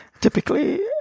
typically